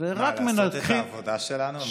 ורק מנתחים, מה, לעשות את העבודה שלנו?